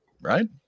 right